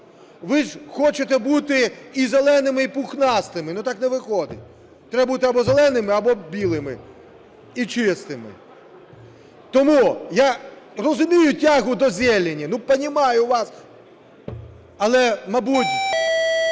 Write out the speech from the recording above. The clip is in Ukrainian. Ви ж хочете бути і "зеленими" і пухнастими, ну так не виходить, треба бути або "зеленими" або білими і чистими. Тому я розумію тягу до "зелені", но понимаю вас, але, мабуть,